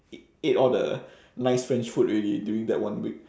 ate ate all the nice french food already during that one week